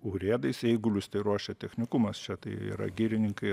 urėdais eigulius tai ruošia technikumas čia tai yra girininkai